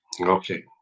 Okay